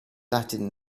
latin